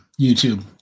YouTube